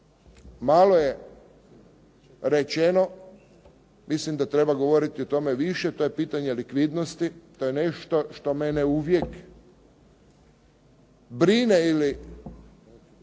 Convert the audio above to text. Malo je rečeno. Mislim da treba govoriti o tome više. To je pitanje likvidnosti. To je nešto što mene uvijek brine ili